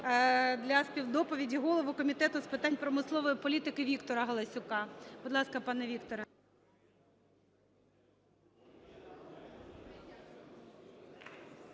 для співдоповіді голову Комітету з питань промислової політики Віктора Галасюка. Будь ласка, пане Вікторе.